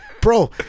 bro